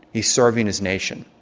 he's serving his nation.